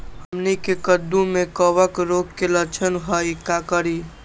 हमनी के कददु में कवक रोग के लक्षण हई का करी?